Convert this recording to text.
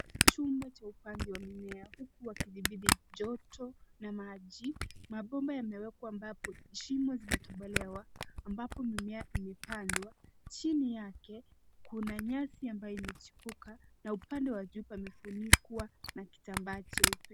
Chumba cha ubanizi ya mimea huku wakitibiti joto na maji. Mapomba yamewekwa ambapo shimo zimetopolewa ambapo mimea imepandwa jini yake kuna nyasi ambao imejibuka na upande wa juu kufunikwa na kitambaa jeupe.